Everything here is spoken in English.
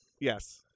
Yes